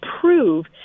prove